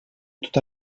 tot